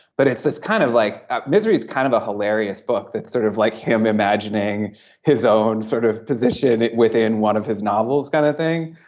but it's it's kind of like misery is kind of a hilarious book that's sort of like him imagining his own sort of position within one of his novels kind of thing.